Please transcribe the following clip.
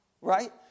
Right